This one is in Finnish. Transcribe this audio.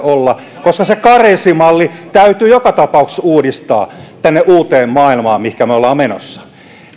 olla koska se karenssimalli täytyy joka tapauksessa uudistaa tänne uuteen maailmaan mihinkä me olemme menossa